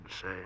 say